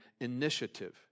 initiative